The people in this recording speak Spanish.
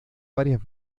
varias